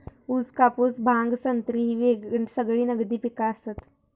ऊस, कापूस, भांग, संत्री ही सगळी नगदी पिका आसत